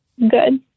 Good